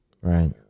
right